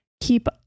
Keep